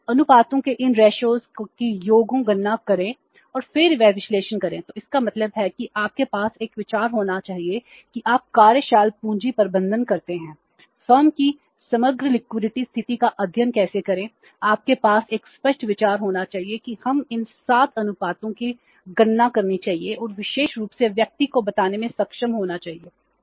और अनुपातों के इन रेशों स्थिति का अध्ययन कैसे करें आपके पास एक स्पष्ट विचार होना चाहिए कि हमें इन 7 अनुपातों की गणना करनी चाहिए और विशेष रूप से व्यक्ति को बताने में सक्षम होना चाहिए